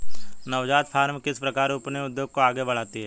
नवजात फ़र्में किस प्रकार अपने उद्योग को आगे बढ़ाती हैं?